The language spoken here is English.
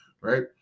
right